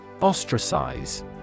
Ostracize